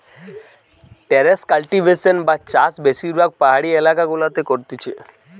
terrace cultivation বা চাষ বেশিরভাগ পাহাড়ি এলাকা গুলাতে করতিছে